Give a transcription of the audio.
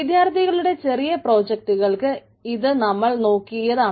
വിദ്യാർത്ഥികളുടെ ചെറിയ പ്രോജക്റ്റുകൾക്ക് ഇത് നമ്മൾ നോക്കിയതാണ്